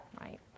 right